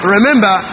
Remember